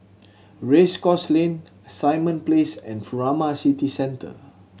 Race Course Lane Simon Place and Furama City Centre